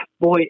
Boy